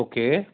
okay